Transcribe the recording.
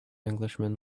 englishman